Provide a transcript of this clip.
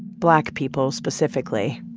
black people, specifically